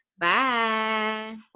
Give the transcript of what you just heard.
bye